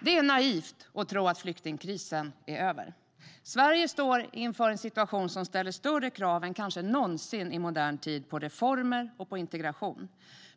Det är naivt att tro att flyktingkrisen är över. Sverige står inför en situation som ställer större krav på reformer och integration än kanske någonsin i modern tid.